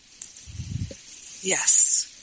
Yes